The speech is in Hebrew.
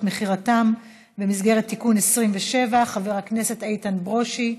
מכירתם במסגרת תיקון 27. חבר הכנסת איתן ברושי מציע.